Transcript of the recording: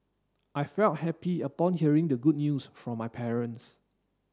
I felt happy upon hearing the good news from my parents